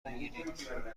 بگیرید